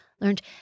learned